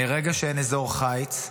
מרגע שאין אזור חיץ,